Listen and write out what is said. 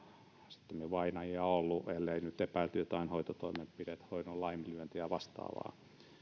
sittemmin vainajia ollut ellei nyt epäilty jotain hoitotoimenpiteen hoidon laiminlyöntiä tai vastaavaa